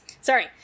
sorry